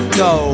go